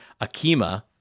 Akima